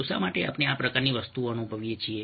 તો શા માટે આપણે આ પ્રકારની વસ્તુ અનુભવીએ છીએ